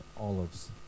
Olives